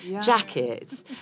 jackets